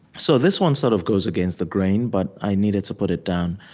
so this one sort of goes against the grain, but i needed to put it down